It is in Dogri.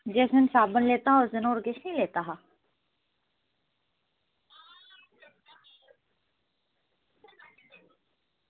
जिस दिन साबन लैता हा उस दिन होर किश निं लैता हा